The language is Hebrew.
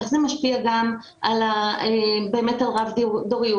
איך זה משפיע גם על רב דוריות.